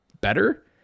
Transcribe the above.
better